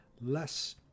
less